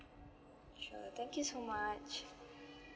sure thank you so much